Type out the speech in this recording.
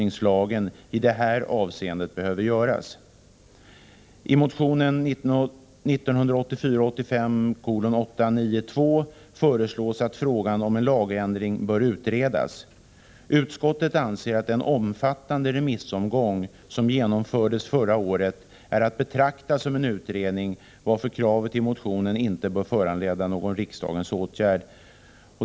Onsdagen den I motion 1984/85:892 föreslås att frågan om en lagändring bör utredas. — 20 mars 1985 Utskottet anser att den omfattande remissomgång som genomfördes förra - året är att betrakta som en utredning, varför kravet i motionen inte bör Multinationella föranleda någon riksdagens åtgärd.